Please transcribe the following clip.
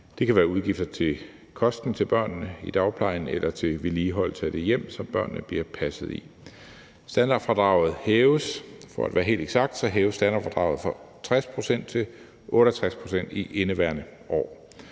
Det kan være udgifter til kosten til børnene i dagplejen eller til vedligeholdelse af det hjem, som børnene bliver passet i. Standardfradraget hæves, for at være helt